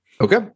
Okay